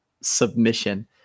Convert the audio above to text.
submission